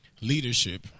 leadership